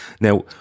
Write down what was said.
now